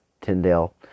Tyndale